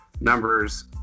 numbers